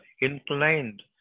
inclined